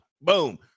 Boom